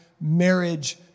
marriage